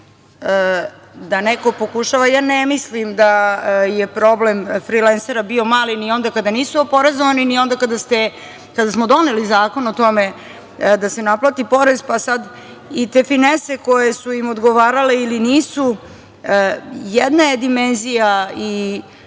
da neko pokušava, ja ne mislim da je problem frilensera bio mali ni onda kada nisu oporezovani, ni onda kada smo doneli zakon o tome da se naplati porez, pa sad i te finese koje su im odgovarale ili nisu, jedna je dimenzija i